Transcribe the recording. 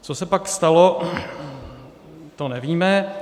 Co se pak stalo, to nevíme.